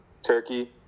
Turkey